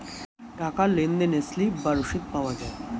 টাকার লেনদেনে স্লিপ বা রসিদ পাওয়া যায়